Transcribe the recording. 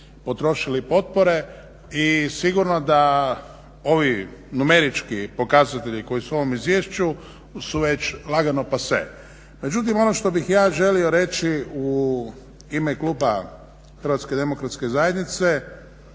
potrošili potpore i sigurno da ovi numerički pokazatelji koji su u ovom izvješću su već lagano pase. Međutim, ono što bih ja želio reći u ime kluba HDZ-a, a postaviti